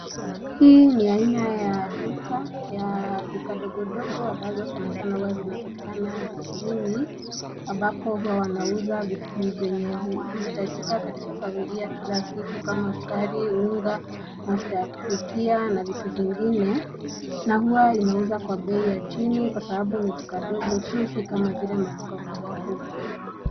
Hii ni aina ya duka ya duka ndogo ndogo ambazo sanasana huwa zinapatikana vijijini ambapo huwa wanauza vitu zenye huhitajika katika familia kila siku kama sukari, unga, mafuta ya kupikia na vitu vingine, na huwa inauzwa kwa bei ya chini kwa sababu ni duka ndogo tu si kama zile maduka kubwa kubwa.